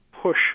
push